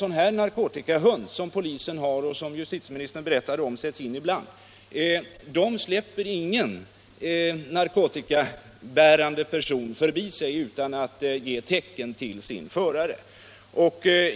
Sådana narkotikahundar, som, polisen har och som — enligt vad justitieministern berättade — sätts in ibland, släpper ingen narkotikabärande person förbi sig utan att ge tecken till sin förare.